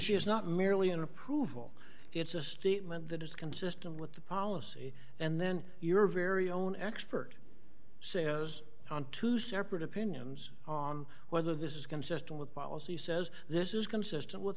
she is not merely an approval it's a statement that is consistent with the policy and then your very own expert says on two separate opinions on whether this is consistent with policy says this is consistent with